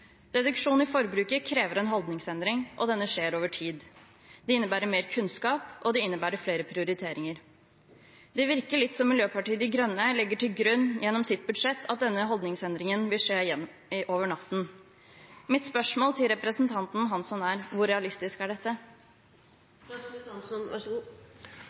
Reduksjon i forbruket krever en holdningsendring, og denne skjer over tid. Det innebærer mer kunnskap, og det innebærer flere prioriteringer. Det virker litt som om Miljøpartiet De Grønne legger til grunn gjennom sitt budsjett at denne holdningsendringen vil skje over natta. Mitt spørsmål til representanten Hansson er: Hvor realistisk er dette?